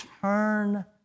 Turn